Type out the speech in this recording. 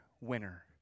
winner